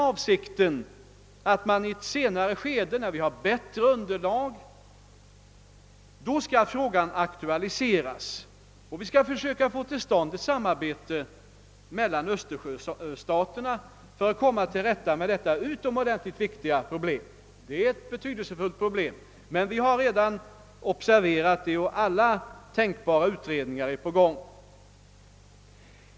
Avsikten är att man i ett senare skede, när vi har bättre underlag, skall aktualisera frågan och försöka få till stånd ett samarbete mellan östersjöstaterna för att komma till rätta med detta utomordentligt betydelsefulla problem. Vi har alltså redan observerat det, och alla tänkbara utredningar är igångsatta.